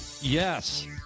Yes